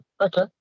okay